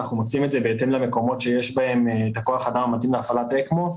אנחנו מקצים את זה בהתאם למקומות שיש בהם כוח אדם מתאים להפעלת אקמו.